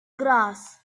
grass